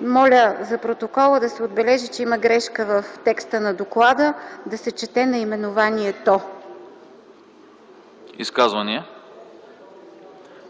Моля за протокола да се отбележи, че има грешка в текста на доклада, да се чете наименованието. ПРЕДСЕДАТЕЛ АНАСТАС АНАСТАСОВ: Изказвания?